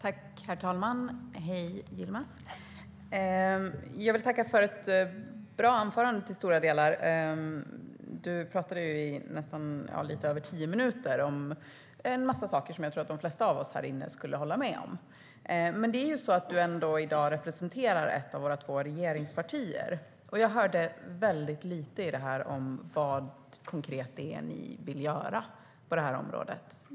Herr talman! Jag vill tacka för ett i stora delar bra anförande, Yilmaz. Du talade i lite över tio minuter om en massa saker som jag tror att de flesta av oss här inne skulle hålla med om. Men du representerar ändå i dag ett av våra två regeringspartier, och jag hörde väldigt lite om vad ni konkret vill göra på det här området.